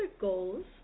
goals